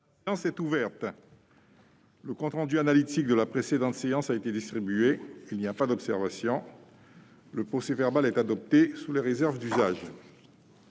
La séance est ouverte. Le compte rendu analytique de la précédente séance a été distribué. Il n'y a pas d'observation ?... Le procès-verbal est adopté sous les réserves d'usage.